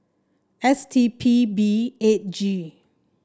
S T P B eight G